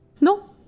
No